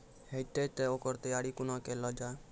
हेतै तअ ओकर तैयारी कुना केल जाय?